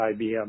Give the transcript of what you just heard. IBM